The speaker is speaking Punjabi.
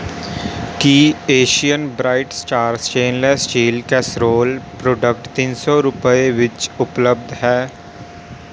ਕੀ Asian Bright Star stainless steel casserole product ਤਿੰਨ ਸੌ ਰੁਪਏ ਵਿੱਚ ਉਪਲਬਧ ਹੈ